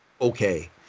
okay